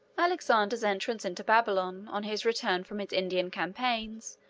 alexander's entrance into babylon, on his return from his indian campaigns,